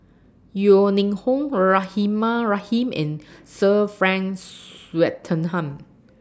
Yeo Ning Hong Rahimah Rahim and Sir Frank Swettenham